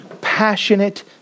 passionate